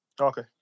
Okay